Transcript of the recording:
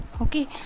okay